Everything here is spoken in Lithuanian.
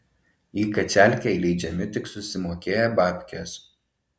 į kačialkę įleidžiami tik susimokėję babkes